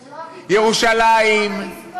ירושלים,